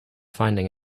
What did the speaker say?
finding